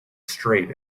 straight